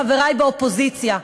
חברי באופוזיציה,